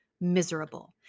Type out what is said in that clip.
miserable